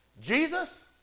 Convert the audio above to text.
Jesus